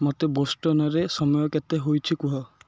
ମୋତେ ବୋଷ୍ଟନରେ ସମୟ କେତେ ହେଇଛି କୁହ